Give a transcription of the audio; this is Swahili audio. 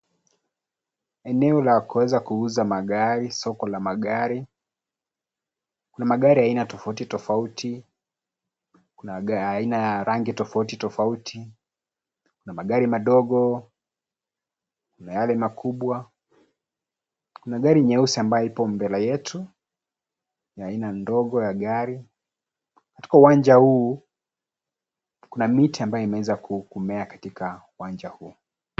Eneo la kuweza kuuza magari, soko la magari. Kuna magari ya aina tofauti tofauti. Kuna aina ya rangi tofauti tofauti. Kuna magari madogo, na yale makubwa. Kuna gari nyeusi ambayo ipo mbele yetu. Ni aina ndogo ya gari. Katika uwanja huu, kuna miti ambayo imeweza kumea katika uwanja huu.